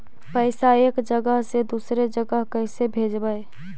पैसा एक जगह से दुसरे जगह कैसे भेजवय?